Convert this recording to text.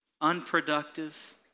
unproductive